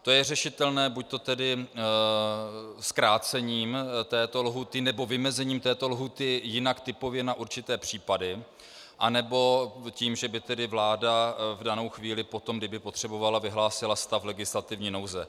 To je řešitelné buďto zkrácením této lhůty, nebo vymezením této lhůty jinak typově na určité případy, anebo i tím, že by vláda v danou chvíli potom, kdyby potřebovala, vyhlásila stav legislativní nouze.